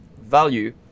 value